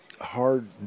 hard